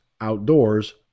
outdoors